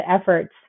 efforts